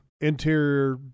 interior